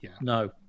No